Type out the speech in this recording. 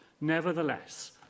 Nevertheless